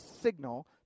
signal